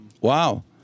Wow